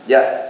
Yes